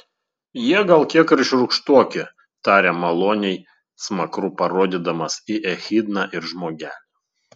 jie gal kiek ir šiurkštoki tarė maloniai smakru parodydamas į echidną ir žmogelį